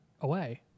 away